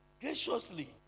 Graciously